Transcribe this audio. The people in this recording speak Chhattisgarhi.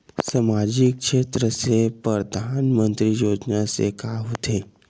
सामजिक क्षेत्र से परधानमंतरी योजना से का होथे?